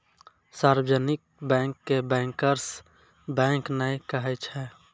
सार्जवनिक bank के bankers bank नै कहै छै